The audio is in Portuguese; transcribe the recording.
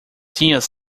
tinhas